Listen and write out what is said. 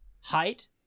Height